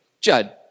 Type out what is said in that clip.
Judd